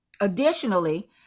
Additionally